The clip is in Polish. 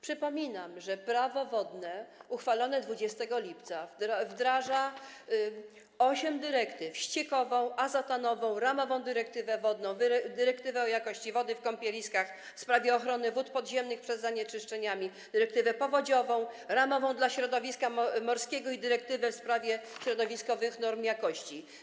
Przypominam, że Prawo wodne, uchwalone 20 lipca, wdraża 8 dyrektyw: ściekową, azotanową, ramową dyrektywę wodną, dyrektywę dotyczącą jakości wody w kąpieliskach, w sprawie ochrony wód podziemnych przed zanieczyszczeniami, powodziową, ramową dla środowiska morskiego i w sprawie środowiskowych norm jakości.